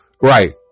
right